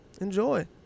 enjoy